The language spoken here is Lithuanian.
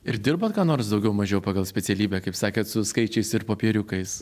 ir dirbot ką nors daugiau mažiau pagal specialybę kaip sakėt su skaičiais ir popieriukais